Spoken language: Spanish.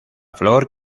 flor